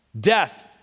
Death